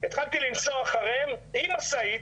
התחלתי לנסוע אחריהם עם משאית,